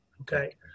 okay